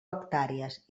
hectàrees